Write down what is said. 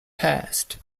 passed